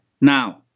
Now